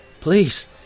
Please